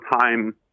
time